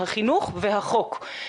החינוך והחוק,